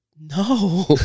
no